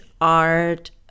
art